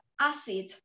acid